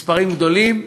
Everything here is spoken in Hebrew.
מספרים גדולים.